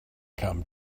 come